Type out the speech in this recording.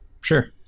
sure